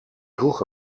droeg